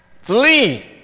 flee